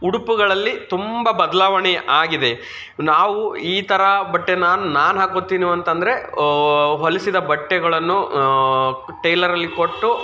ಉಡುಪುಗಳಲ್ಲಿ ತುಂಬ ಬದಲಾವಣೆ ಆಗಿದೆ ನಾವು ಈ ಥರ ಬಟ್ಟೆ ನಾನು ನಾನು ಹಾಕೋತೀನವು ಅಂತಂದರೆ ಹೊಲಿಸಿದ ಬಟ್ಟೆಗಳನ್ನು ಟೈಲರಲ್ಲಿ ಕೊಟ್ಟು